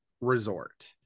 resort